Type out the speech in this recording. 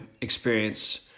experience